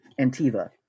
Antiva